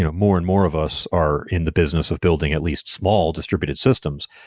ah more and more of us are in the business of building at least small distributed systems.